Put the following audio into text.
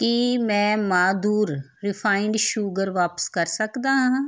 ਕੀ ਮੈਂ Madhur refined sugar ਵਾਪਸ ਕਰ ਸਕਦਾ ਹਾਂ